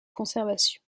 conservation